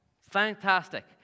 Fantastic